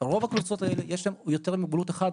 לרוב הקבוצות האלה יש יותר ממוגבלות אחת,